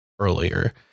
earlier